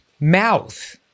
mouth